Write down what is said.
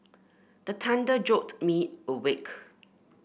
the thunder jolt me awake